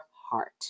heart